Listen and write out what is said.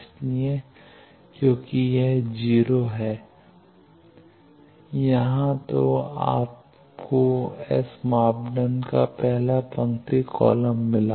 इसलिए क्योंकि यहां 0 है और तो आपको एस मापदंड का पहला पंक्ति पहला कॉलम मिला